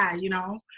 ah you know.